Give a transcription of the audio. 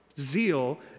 zeal